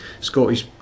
Scotty's